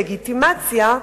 לגיטימציה,